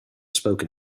spoken